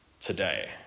today